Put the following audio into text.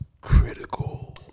critical